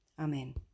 Amen